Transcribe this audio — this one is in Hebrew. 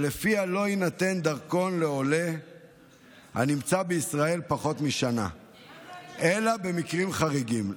שלפיה לא יינתן דרכון לעולה הנמצא בישראל פחות משנה אלא במקרים חריגים.